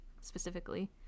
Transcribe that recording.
specifically